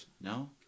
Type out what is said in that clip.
No